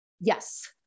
Yes